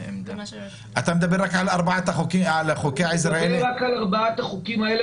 מדבר רק על ארבעת החוקים האלה,